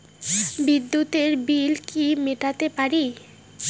বিদ্যুতের বিল কি মেটাতে পারি?